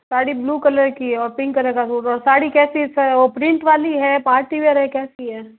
sari blue colour की है और पिंक कलर का सूट और साड़ी कैसी है वो प्रिंट वाली है पार्टी वियर है कैसी है